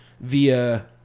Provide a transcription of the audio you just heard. via